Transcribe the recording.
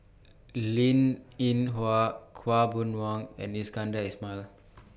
Linn in Hua Khaw Boon Wan and Iskandar Ismail